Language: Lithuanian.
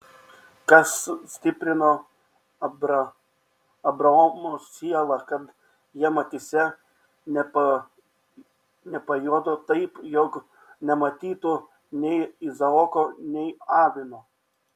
kas stiprino abraomo sielą kad jam akyse nepajuodo taip jog nematytų nei izaoko nei avino